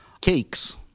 Cakes